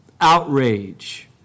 outrage